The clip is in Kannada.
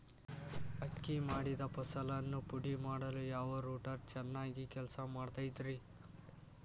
ಅಕ್ಕಿ ಮಾಡಿದ ಫಸಲನ್ನು ಪುಡಿಮಾಡಲು ಯಾವ ರೂಟರ್ ಚೆನ್ನಾಗಿ ಕೆಲಸ ಮಾಡತೈತ್ರಿ?